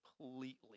completely